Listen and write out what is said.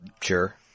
sure